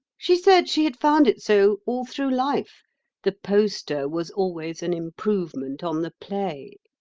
she said she had found it so all through life the poster was always an improvement on the play.